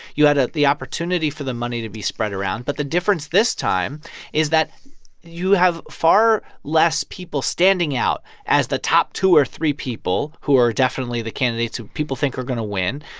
you had a the opportunity for the money to be spread around. but the difference this time is that you have far less people standing out as the top two or three people who are definitely the candidates who people think are going to win.